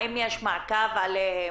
האם יש מעקב עליהם?